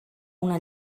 una